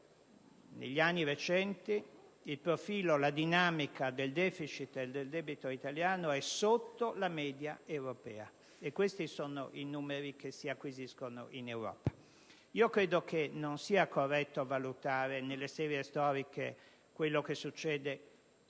negli anni recenti la dinamica del *deficit* e del debito italiano è sotto la media europea. Questi sono i numeri che si acquisiscono in Europa. Credo non sia corretto valutare nelle serie storiche quanto accade in un